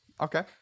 Okay